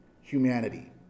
humanity